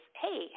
Hey